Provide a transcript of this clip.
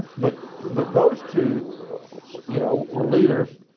but but those two you know were leaders.